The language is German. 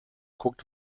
guckt